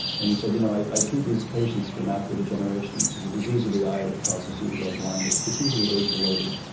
and he said, you know, i treat these patients for macular degeneration, which is a disease of the eye that causes you to go blind, it's it's usually age-related,